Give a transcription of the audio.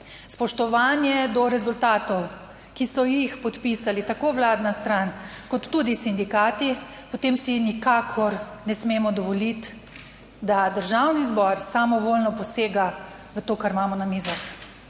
Spoštovanje do rezultatov, ki so jih podpisali tako vladna stran kot tudi sindikati, potem si nikakor ne smemo dovoliti, da Državni zbor samovoljno posega v to, kar imamo na mizah.